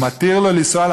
הוא מתיר לו לנסוע,